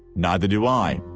neither do i.